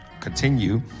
continue